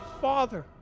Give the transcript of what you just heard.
father